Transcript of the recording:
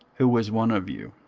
who is one of you.